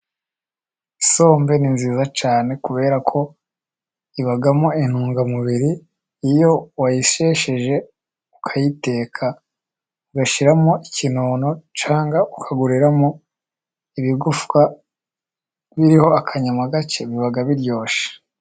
Isombe ni nziza cyane kubera ko ibamo intungamubiri, iyo wayishesheje ukayiteka, ugashyiramo ikinono cyangwa ukaguriramo ibigufwa biriho akanyama gake, biba biryoshye.